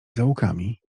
zaułkami